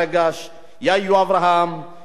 יאיו אברהם, ירון זגייה.